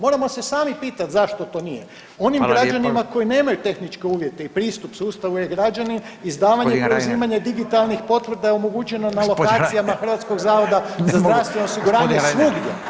Moramo se sami pitati zašto to nije onim građanima koji nemaju tehničke uvjete i pristup sustavu e-građani izdavanje i preuzimanje digitalnih potvrda je omogućeno na lokacijama Hrvatskog zavoda za zdravstveno osiguranje svugdje.